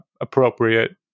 appropriate